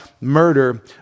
murder